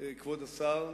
כבוד השר,